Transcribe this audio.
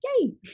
Yay